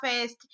first